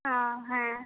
ᱳᱦᱮᱸ